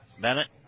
Bennett